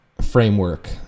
framework